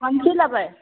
कोन चीज लेबै